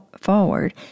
forward